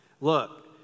Look